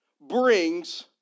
brings